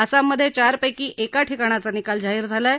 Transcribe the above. आसाममधे चार पैकी एका ठिकाणाचा निकाल जाहीर झाला आहे